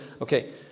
Okay